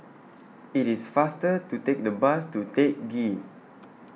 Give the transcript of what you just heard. IT IS faster to Take The Bus to Teck Ghee